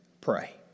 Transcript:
pray